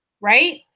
right